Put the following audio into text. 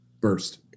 burst